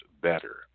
better